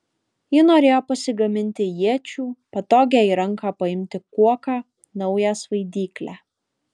ji norėjo pasigaminti iečių patogią į ranką paimti kuoką naują svaidyklę